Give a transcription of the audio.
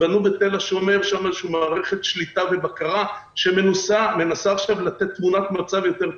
בנו בתל השומר איזו מערכת שליטה ובקרה שמנסה לתת תמונת מצב טובה יותר.